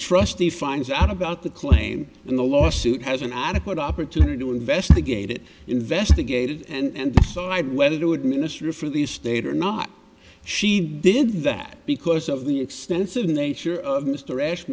trustee finds out about the claim in the lawsuit has an adequate opportunity to investigate it investigated and decide whether to administer it for the state or not she did that because of the extensive nature of mr as